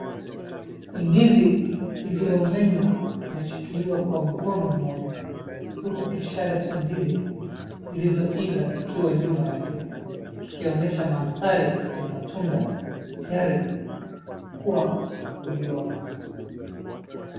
Ndizi iliyomenywa inashikiliwa kwa mkono mmoja huku kishada cha ndizi zilizoiva kikiwa nyuma yake. Kikionyesha mandhari ya matunda tayari kwa kuliwa.